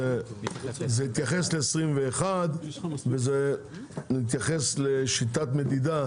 זה מתייחס ל-2021 וזה מתייחס לשיטת מדידה,